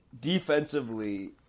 defensively